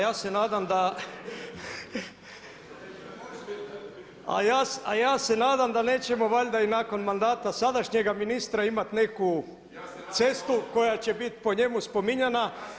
Ja se nadam da, a ja se nadam da nećemo valjda i nakon mandata sadašnjega ministra imat neku cestu koja će bit po njemu spominjana.